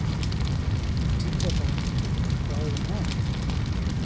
ᱴᱷᱤᱠᱜᱮᱭᱟ ᱛᱟᱦᱞᱮ ᱦᱮᱸ ᱫᱚᱦᱚᱭ ᱫᱟᱹᱧ ᱦᱮᱸ